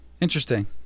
Interesting